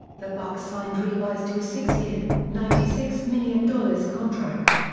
the bucs signed revis to a six year, ninety six million dollars contract.